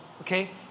Okay